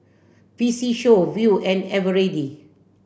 P C Show Viu and Eveready